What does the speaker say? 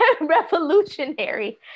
revolutionary